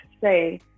say